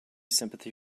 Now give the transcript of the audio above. sympathy